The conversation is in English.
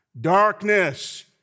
Darkness